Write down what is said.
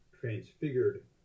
transfigured